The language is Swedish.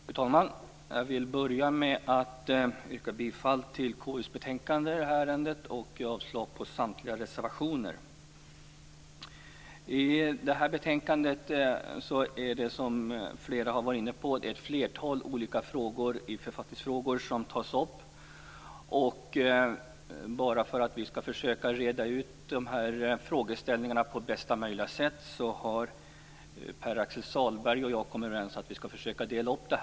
Fru talman! Jag vill börja med att yrka bifall till hemställan i KU:s betänkande i det här ärendet och avslag på samtliga reservationer. I det här betänkandet är det som flera har varit inne på ett flertal olika författningsfrågor som tas upp. För att reda ut de här frågeställningarna på bästa möjliga sätt har Pär-Axel Sahlberg och jag kommit överens om att vi skall försöka dela upp dem.